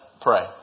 pray